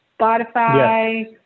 Spotify